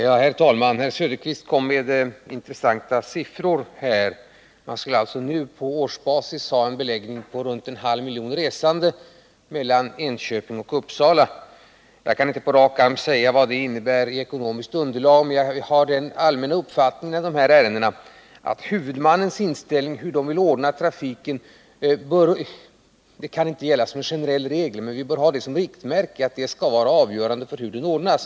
Herr talman! Herr Söderqvist anförde intressanta siffror. Man skulle alltså nu på årsbasis ha en beläggning av i runt tal en halv miljon resande mellan Enköping och Uppsala. Jag kan dock inte på rak arm säga vad det innebär i form av ekonomiskt underlag. Jag har i denna typ av ärenden den allmänna uppfattningen — det kan inte gälla som generell regel, men det bör vara ett riktmärke — att huvudmannens inställning skall vara avgörande för hur trafiken ordnas.